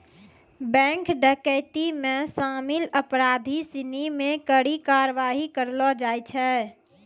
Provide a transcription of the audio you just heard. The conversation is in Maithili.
बैंक डकैती मे शामिल अपराधी सिनी पे कड़ी कारवाही करलो जाय छै